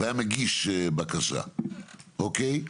אם הרועה היה מגיש בקשה, אוקיי?